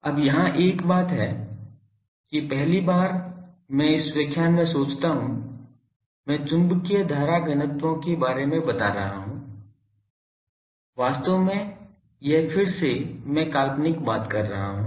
अब यहाँ एक बात है कि पहली बार मैं इस व्याख्यान में सोचता हूं मैं चुंबकीय धारा घनत्वों के बारे में बता रहा हूं वास्तव में यह फिर से मैं काल्पनिक बात कर हूं